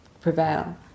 prevail